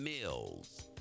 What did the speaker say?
Mills